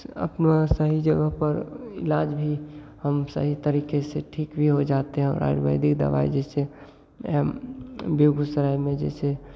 अपना सही जगह पर इलाज भी हम सही तरीके से ठीक भी हो जाते हैं और आयुर्वेदिक दवाई जैसे हम बेगूसराय में जैसे